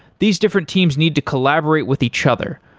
these different teams need to collaborate with each other,